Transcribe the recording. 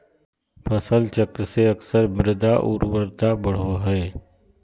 फसल चक्र से अक्सर मृदा उर्वरता बढ़ो हइ